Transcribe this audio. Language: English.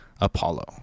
Apollo